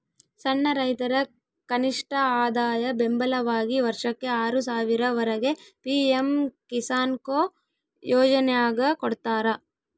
ಸಣ್ಣ ರೈತರ ಕನಿಷ್ಠಆದಾಯ ಬೆಂಬಲವಾಗಿ ವರ್ಷಕ್ಕೆ ಆರು ಸಾವಿರ ವರೆಗೆ ಪಿ ಎಂ ಕಿಸಾನ್ಕೊ ಯೋಜನ್ಯಾಗ ಕೊಡ್ತಾರ